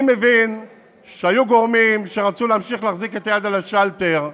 אני מבין שהיו גורמים שרצו להמשיך להחזיק את היד על השלטר,